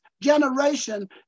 generation